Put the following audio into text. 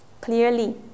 clearly